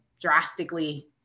drastically